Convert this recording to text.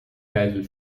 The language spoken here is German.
geißel